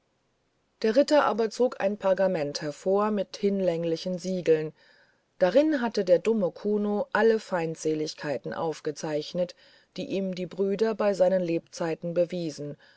der ritter aber zog ein pergament hervor mit hinlänglichen siegeln darin hatte der dumme kuno alle feindseligkeiten aufgezeichnet die ihm die brüder bei seinen lebzeiten bewiesen